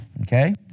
Okay